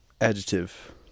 Adjective